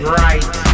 right